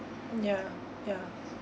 ya ya